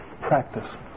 practice